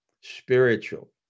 spiritual